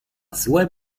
złe